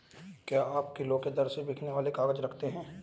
क्या आप किलो के दर से बिकने वाले काग़ज़ रखते हैं?